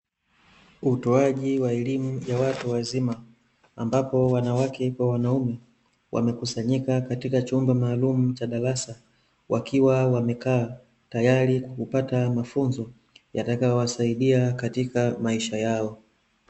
Utoaji wa elimu ya watu wazima, ambapo wanawake kwa wanaume wamekusanyika katika chumba maalumu cha darasa wakiwa wamekaa tayari kwa kupata mafunzo yatakayowasaidia katika maisha yao.